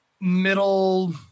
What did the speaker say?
middle